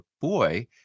boy